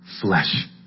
flesh